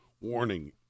warning